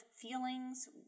feelings